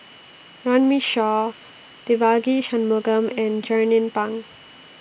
Runme Shaw Devagi Sanmugam and Jernnine Pang